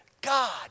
God